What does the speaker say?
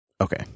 Okay